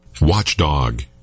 Watchdog